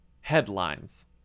headlines